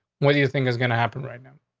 what do you think is gonna happen right now?